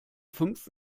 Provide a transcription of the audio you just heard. fünf